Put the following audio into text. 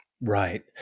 Right